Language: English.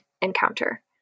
encounter